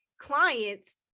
clients